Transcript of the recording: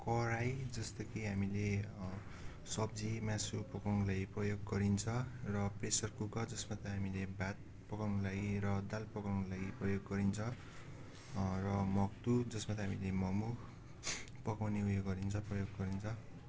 कराही जस्तै कि हामीले सब्जी मासुहरू पकाउनको लागि प्रयोग गरिन्छ र प्रेस्सर कुकर जसमा चाहिँ हामीले भात पकाउनको लागि र दाल पकाउनको लागि प्रयोग गरिन्छ र मक्टु जसमा चाहिँ हामीले मोमो पकाउने उयो गरिन्छ प्रयोग गरिन्छ